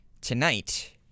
Tonight